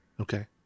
Okay